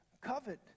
covet